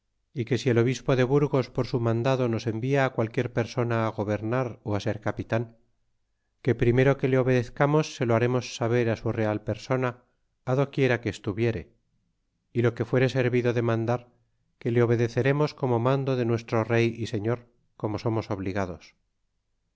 y que si el obispo de burgospor su mandado nos envia qualquiera persona á gobernar ó á ser capitan que primero que le obedezcamos se lo haremos saber á su real persona doquiera que estuviere y lo que fuere servido de mandar que le obedeceremos como mando de nuestro rey y señor como somos obligados